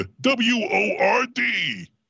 W-O-R-D